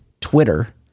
Twitter